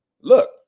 look